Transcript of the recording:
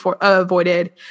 avoided